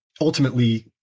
ultimately